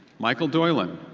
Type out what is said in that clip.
michael doylen,